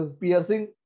piercing